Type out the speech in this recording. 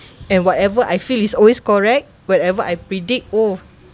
and whatever I feel is always correct whatever I predict oh